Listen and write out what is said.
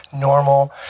normal